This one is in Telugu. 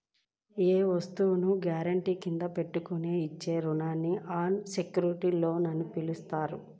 ఏ వస్తువును గ్యారెంటీ కింద పెట్టకుండానే ఇచ్చే రుణాలను అన్ సెక్యుర్డ్ లోన్లు అని పిలుస్తారు